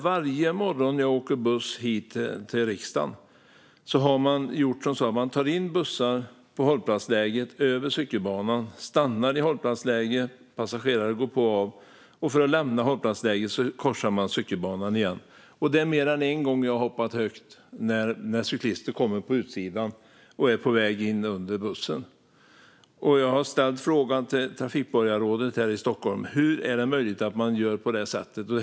Varje morgon när jag åker buss hit till riksdagen slås jag av att bussarna tas in på hållplatsläget över cykelbanan. De stannar vid hållplatsläget, där passagerarna går på och av, och sedan korsar de cykelbanan igen för att lämna hållplatsläget. Det är mer än en gång som jag har hoppat högt när cyklister kommer på utsidan och är på väg in under bussen. Jag har ställt frågan till trafikborgarrådet här i Stockholm, hur det är möjligt att göra på detta sätt.